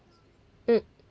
mm